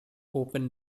open